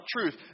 truth